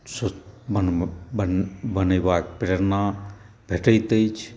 बनेबाक प्रेरणा भेटैत अछि